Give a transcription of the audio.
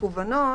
מקוונות